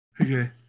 Okay